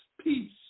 peace